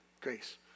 grace